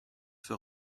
für